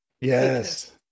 Yes